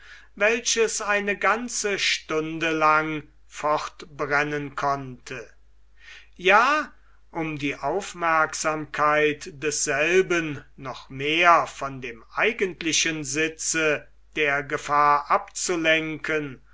welches eine ganze stunde lang fortbrennen konnte ja um die aufmerksamkeit desselben noch mehr von dem eigentlichen sitze der gefahr abzulenken